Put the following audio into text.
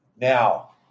Now